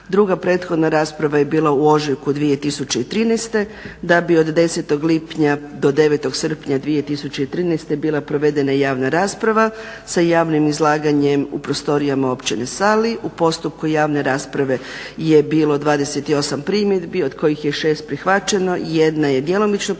Druga prethodna rasprava je bila u ožujku 2013. da bi od 10. lipnja do 9. srpnja 2013. bila provedena javna rasprava sa javnim izlaganjem u prostorijama Općine Sali. U postupku javne rasprave je bilo 28 primjedbi od kojih je 6 prihvaćeno, 1 je djelomično prihvaćena,